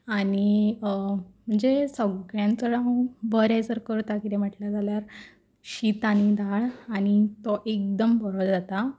आनी जें सगल्यान चड हांव बरें जर करता कितें म्हटलें जाल्यार शीत आनी दाळ आनी तो एकदम बरो जाता